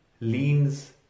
leans